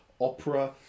opera